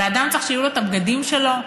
אדם צריך שיהיו לו הבגדים שלו,